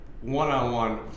one-on-one